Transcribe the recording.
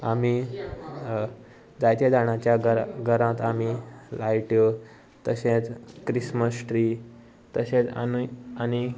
आमी जायते्या जाणांच्यार घरांत आमी लायट्यो तशेंच क्रिस्मस ट्री तशेंच आनी आनी